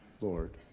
Lord